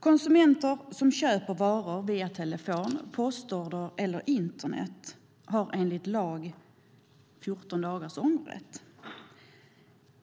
Konsumenter som köper varor via telefon, postorder eller internet har enligt lag 14 dagars ångerrätt.